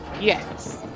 Yes